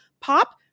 POP